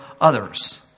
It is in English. others